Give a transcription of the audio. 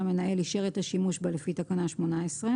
שהמנהל אישר את השימוש בה לפי תקנה 18,